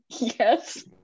Yes